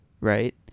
right